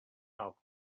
out